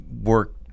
work